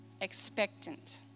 Expectant